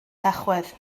tachwedd